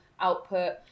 output